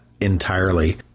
entirely